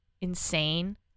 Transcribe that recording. insane